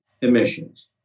emissions